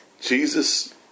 Jesus